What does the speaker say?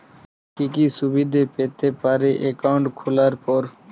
কি কি সুবিধে পেতে পারি একাউন্ট খোলার পর?